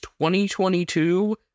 2022